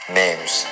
names